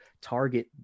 target